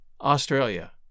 Australia